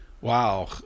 wow